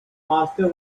master